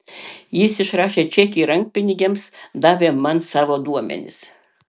jis išrašė čekį rankpinigiams davė man savo duomenis